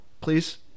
please